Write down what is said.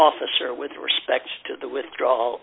officer with respect to